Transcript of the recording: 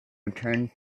returned